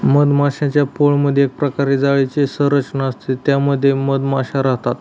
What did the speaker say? मधमाश्यांच्या पोळमधे एक प्रकारे जाळीची संरचना असते त्या मध्ये मधमाशा राहतात